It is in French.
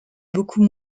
beaucoup